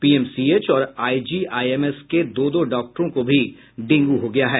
PMCH और IGIMS के दो दो डॉक्टरों को भी डेंगू हो गया है